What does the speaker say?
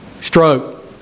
stroke